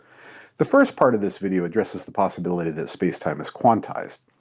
the first part of this video addresses the possibility that spacetime is quantized.